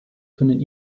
können